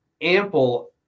ample